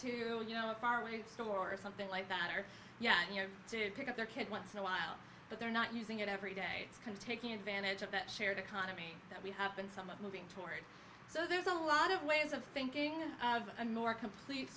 too far when you store something like that or yeah you have to pick up their kid once in a while but they're not using it every day it's kind of taking advantage of that shared economy that we have been somewhat moving toward so there's a lot of ways of thinking of a more complete